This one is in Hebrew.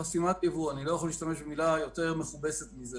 חסימת ייבוא אני לא יכול להשתמש במילה יותר מכובסת מזו